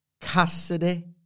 Cassidy